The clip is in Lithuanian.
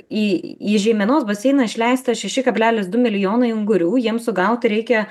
į į žeimenos baseino išleista šeši kablelis du milijonai ungurių jiems sugauti reikia